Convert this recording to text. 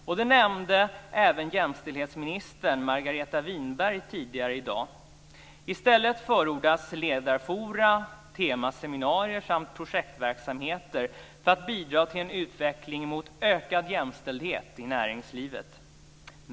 Och det nämnde även jämställdhetsminister Margareta Winberg tidigare i dag. I stället förordas ledarforum, temaseminarier samt projektverksamheter för att bidra till en utveckling mot ökad jämställdhet i näringslivet.